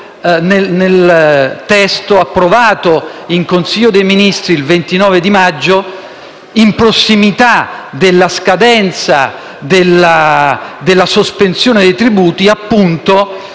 nel testo approvato in Consiglio dei ministri il 29 maggio, in prossimità della scadenza della sospensione dei tributi -